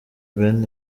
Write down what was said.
ben